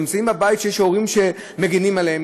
הם נמצאים בבית שיש בו הורים שמגינים עליהם,